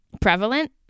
prevalent